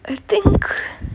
I think